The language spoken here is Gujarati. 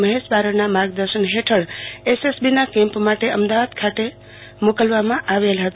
મહશ બારડના માર્ગદર્શન હેઠળ એસએસબીના કેમ્પ માટે અમદાવાદ ખાતે મોકલવામાં આવ્યા હતો